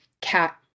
cat